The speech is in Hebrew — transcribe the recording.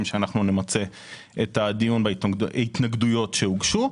שאנחנו נמצה את הדיון בהתנגדויות שהוגשו.